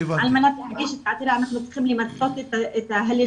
על מנת להגיש את העתירה אנחנו צריכים למצות את ההליכים